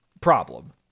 problem